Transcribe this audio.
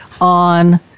on